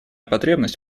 потребность